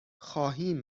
خواهیم